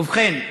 ובכן,